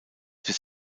bis